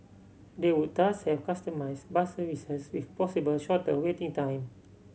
they would thus have customised bus services with possible shorter waiting time